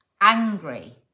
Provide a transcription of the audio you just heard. angry